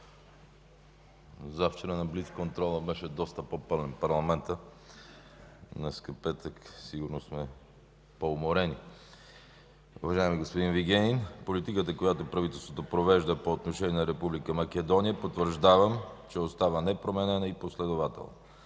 Завчера на блицконтрола беше доста по-пълен парламентът. Днес е петък, сигурно сме по-уморени. Уважаеми господин Вигенин, политиката, която правителството провежда по отношение на Република Македония, потвърждавам, че остава непроменена и последователна.